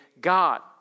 God